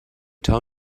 tell